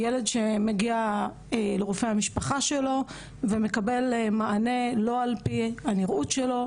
ילד שמגיע לרופא המשפחה שלו ומקבל מענה שהוא לא על פי הנראות שלו,